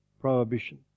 prohibition